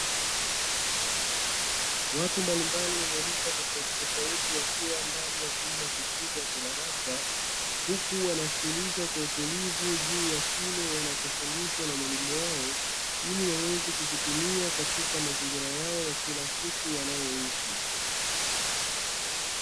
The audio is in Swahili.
Watu mbalimbali wenye rika tofautitofauti wakiwa ndani ya chumba kikubwa cha darasa, huku wanasikiliza kwa utulivu juu ya kile wanachofundishwa na mwalimu wao, ili waweze kukitumia katika mazingira yao ya kila siku wanayoishi.